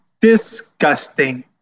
disgusting